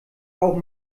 auch